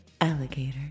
alligator